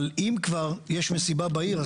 אבל אם כבר יש מסיבה בעיר,